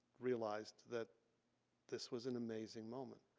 realized that this was an amazing moment.